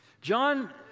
John